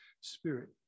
spirit